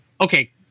okay